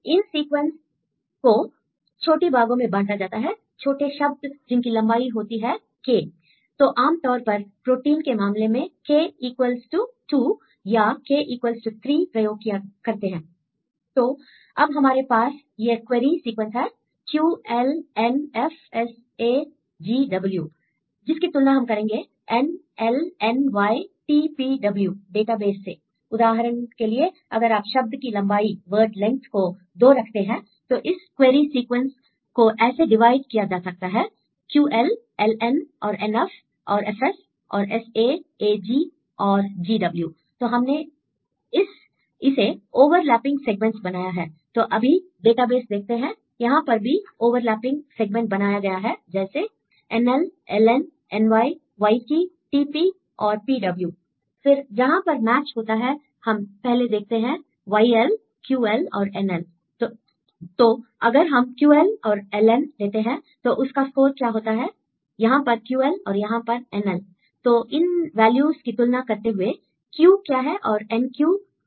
इन sequence को छोटी भागों में बांटा जाता है छोटे शब्द जिनकी लंबाई होती है के तो आमतौर पर प्रोटीन के मामले में K equal to 2 या K equal to 3 प्रयोग करते हैं I तो अब हमारे पास यह क्वेरी सीक्वेंस है QLNFSAGW जिसकी तुलना हम करेंगे NLNYTPW डेटाबेस से I उदाहरण के लिए अगर आप शब्द की लंबाई को 2 रखते हैं तो इस क्वेरी सीक्वेंस को ऐसे डिवाइड किया जा सकता है QL LN और NF और FS और SA AG और GW तो हमने इसे ओवरलैपिंग सेगमेंट बनाया है I तो अभी डेटाबेस देखते हैं यहां पर भी ओवरलैपिंग सेगमेंट बनाया है जैसे NL LN NY YT TP और PW I फिर जहां पर मैच होता है हम पहले देखते हैं YL QL और NL तो अगर हम QL और LN लेते हैं तो उसका स्कोर क्या होता है यहां पर QL और यहां पर NL तो इन वैल्यू की तुलना करते हुए Q क्या है और NQ और N0 क्या है